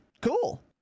Cool